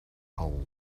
hole